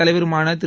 தலைவருமான திரு